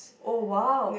oh !wow!